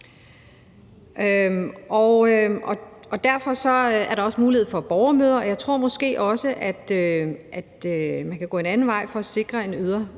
Derfor er der også mulighed for borgermøder. Og jeg tror måske også, at man kan gå en anden vej for at sikre en øget